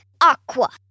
Aqua